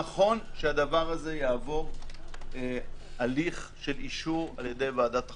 נכון שהדבר הזה יעבור הליך של אישור בידי ועדת החוקה,